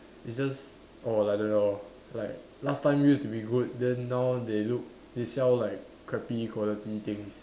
it's just orh like that lor like last time used to be good then now they look they sell like crappy quality things